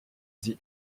the